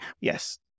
Yes